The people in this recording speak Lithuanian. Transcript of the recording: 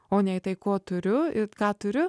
o ne į tai ko turiu ir ką turiu